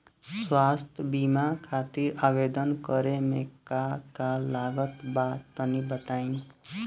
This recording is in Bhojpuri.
स्वास्थ्य बीमा खातिर आवेदन करे मे का का लागत बा तनि बताई?